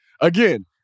again